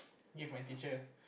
give my teacher